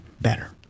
better